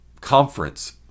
conference